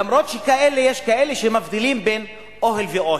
למרות שיש כאלה שמבדילים בין אוהל לאוהל.